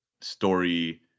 story-